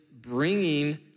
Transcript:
bringing